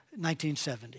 1970